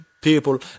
people